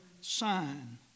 sign